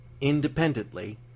independently